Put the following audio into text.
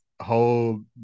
whole